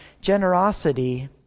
generosity